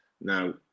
Now